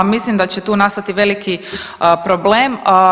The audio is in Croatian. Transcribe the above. Mislim da će tu nastati veliki problem.